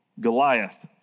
Goliath